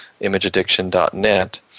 imageaddiction.net